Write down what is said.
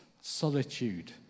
solitude